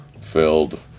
filled